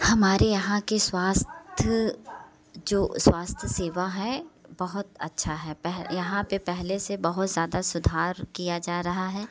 हमारे यहाँ के स्वास्थ्य जो स्वास्थ्य सेवा हैं बहुत अच्छा है यहाँ पे पहले से बहुत ज़्यादा सुधार किया जा रहा है